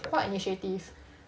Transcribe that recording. what initiatives